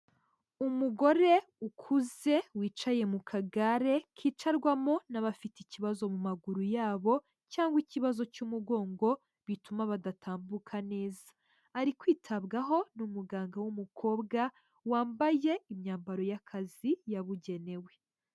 Umugore ukuze wicaye mu kagare kicarwamo n'abafite ikibazo mu maguru yabo cyangwa ikibazo cy'umugongo bituma badatambuka neza, ari kwitabwaho n'umuganga w'umukobwa, wambaye imyambaro y'akazi yabugenewe.